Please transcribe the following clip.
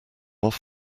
off